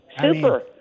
Super